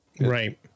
Right